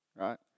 Right